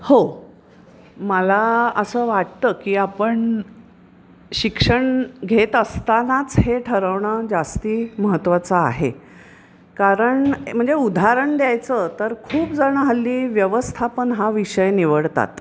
हो मला असं वाटतं की आपण शिक्षण घेत असतानाच हे ठरवणं जास्त महत्त्वाचं आहे कारण म्हणजे उदाहरण द्यायचं तर खूप जण हल्ली व्यवस्थापन हा विषय निवडतात